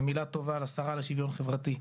ומילה טובה לשרה לשוויון חברתי.